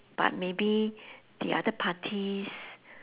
but maybe the other parties